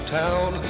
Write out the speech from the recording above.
town